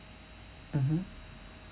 mmhmm